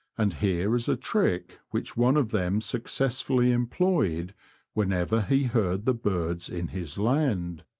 and here is a trick which one of them successfully employed whenever he heard the birds in his land.